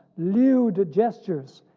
lewd gestures,